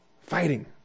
fighting